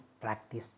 practice